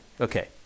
Okay